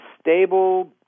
stable